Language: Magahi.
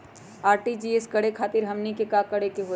आर.टी.जी.एस करे खातीर हमनी के का करे के हो ई?